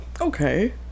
Okay